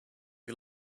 you